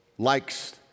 likes